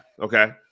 okay